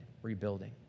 Rebuilding